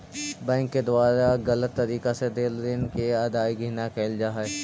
bank के द्वारा गलत तरीका से देल ऋण के अदायगी न कैल जा हइ